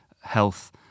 health